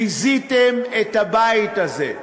ביזיתם את הבית הזה,